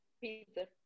pizza